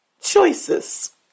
Choices